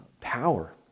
power